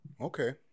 Okay